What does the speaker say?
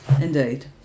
Indeed